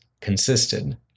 consisted